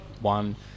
one